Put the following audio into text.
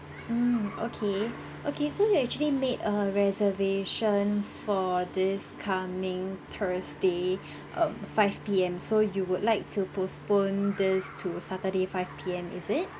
mm okay okay so you actually made a reservation for this coming thursday um five P_M so you would like to postpone this to saturday five P_M is it